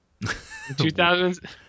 2000s